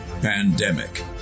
pandemic